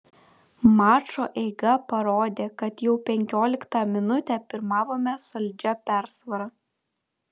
mačo eiga parodė kad jau penkioliktą minutę pirmavome solidžia persvara